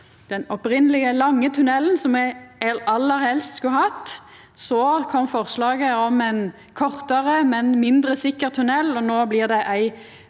den opphavlege, lange tunnelen der, som me aller helst skulle hatt, så kom forslaget om ein kortare og mindre sikker tunnel. No blir det ei